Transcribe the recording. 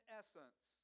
essence